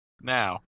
now